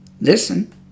Listen